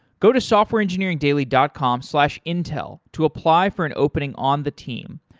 go to softwareengineeringdaily dot com slash intel to apply for an opening on the team.